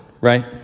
right